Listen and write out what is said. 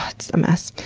ah it's a mess.